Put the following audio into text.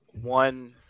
one